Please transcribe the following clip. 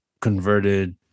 converted